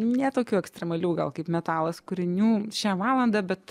ne tokių ekstremalių gal kaip metalas kūrinių šią valandą bet